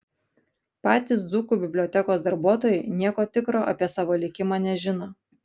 patys dzūkų bibliotekos darbuotojai nieko tikro apie savo likimą nežino